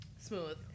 Smooth